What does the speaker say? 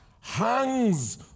hangs